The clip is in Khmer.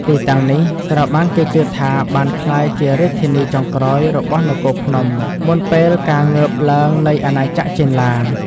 ទីតាំងនេះត្រូវបានគេជឿថាបានក្លាយជារាជធានីចុងក្រោយរបស់នគរភ្នំ មុនពេលការងើបឡើងនៃអាណាចក្រចេនឡា។